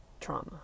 trauma